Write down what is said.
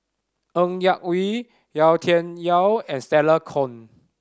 Ng Yak Whee Yau Tian Yau and Stella Kon